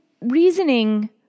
reasoning